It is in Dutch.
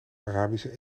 arabische